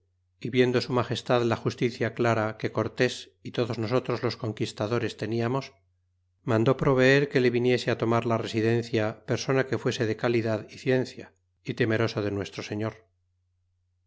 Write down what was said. y viendo su magestad la justicia clara que cortés y todos nosotros los conquistadores teniamos mandó proveer que le viniese tomar la residencia persona que fuese de calidad y ciencia y temeroso de nuestro señor